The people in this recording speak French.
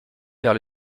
vers